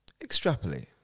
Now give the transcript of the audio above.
Extrapolate